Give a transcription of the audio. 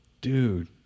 Dude